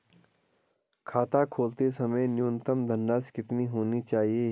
खाता खोलते समय न्यूनतम धनराशि कितनी होनी चाहिए?